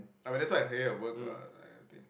I mean that's what I hear at work lah like that kind of thing